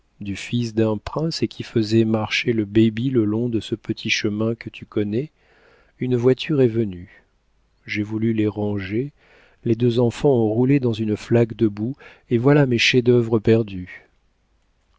du fils d'un prince et qui faisait marcher le baby le long de ce petit chemin que tu connais une voiture est venue j'ai voulu les ranger les deux enfants ont roulé dans une flaque de boue et voilà mes chefs-d'œuvre perdus